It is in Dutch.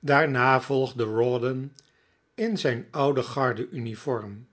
daarna volgde rawdon in zijn oude garde uniform